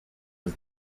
was